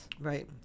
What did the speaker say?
Right